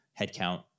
headcount